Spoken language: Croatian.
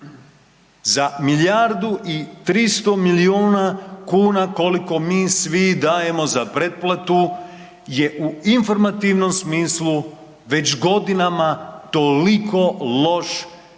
za milijardu i 300 milijuna kuna koliko mi svi dajemo za pretplatu je u informativnom smislu već godinama toliko loš